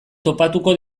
topatuko